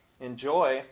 Enjoy